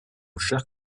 cher